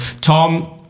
Tom